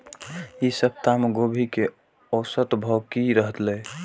ई सप्ताह गोभी के औसत भाव की रहले?